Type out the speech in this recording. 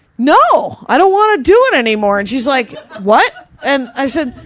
no! i don't want to do it anymore! and she's like, what? and i said,